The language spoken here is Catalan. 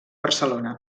barcelona